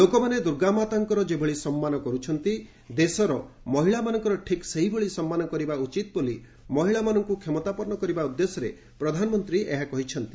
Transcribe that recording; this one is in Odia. ଲୋକମାନେ ଦୁର୍ଗାମାତାଙ୍କର ଯେଭଳି ସମ୍ମାନ କରୁଛନ୍ତି ଦେଶର ମହିଳାମାନଙ୍କର ଠିକ୍ ସେହିଭଳି ସମ୍ମାନ କରିବା ଉଚିତ୍ ବୋଲି ମହିଳାମାନଙ୍କ କ୍ଷମତାପନ୍ନ କରିବା ଉଦ୍ଦେଶ୍ୟରେ ପ୍ରଧାନମନ୍ତ୍ରୀ କହିଛନ୍ତି